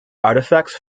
artefacts